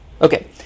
Okay